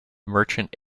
merchant